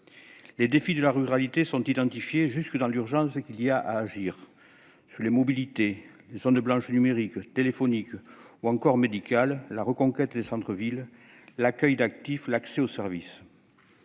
Les défis sont identifiés jusque dans l'urgence à agir : mobilités, zones blanches numériques, téléphoniques ou encore médicales, reconquête des centres-villes, accueil d'actifs, accès aux services,